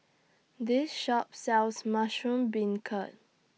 This Shop sells Mushroom Beancurd